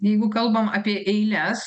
jeigu kalbam apie eiles